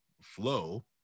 flow